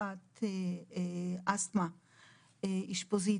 תחלואת האסטמה האשפוזית,